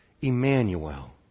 Emmanuel